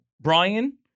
Brian